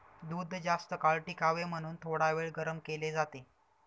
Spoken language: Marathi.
दूध जास्तकाळ टिकावे म्हणून थोडावेळ गरम केले जाते